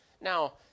Now